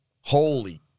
Holy